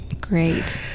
Great